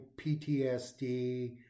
PTSD